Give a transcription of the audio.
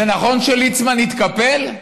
זה נכון שליצמן התקפל?